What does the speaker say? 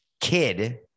kid